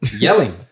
yelling